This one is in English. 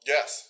Yes